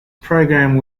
programme